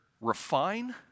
refine